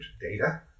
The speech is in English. data